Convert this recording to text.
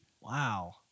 Wow